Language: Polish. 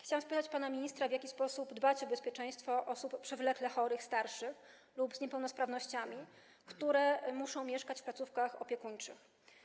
Chciałam spytać pana ministra, w jaki sposób dbać o bezpieczeństwo osób przewlekle chorych starszych lub z niepełnosprawnościami, które muszą mieszkać w placówkach opiekuńczych.